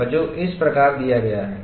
और जो इस प्रकार दिया गया है